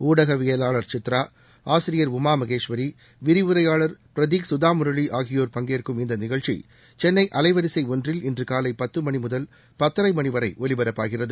ஊடகவியலாளர் சித்ரா ஆசிரியர் உமா மகேஸ்வரி விரிவுரையாளர் பிரதீக் சுதா முரளி ஆகியோர் பங்கேற்கும் இந்த நிகழ்ச்சி சென்னை அலைவரிசை ஒன்றில் இன்று காலை பத்து மணி முதல் பத்தரை மணி வரை ஒலிபரப்பாகிறது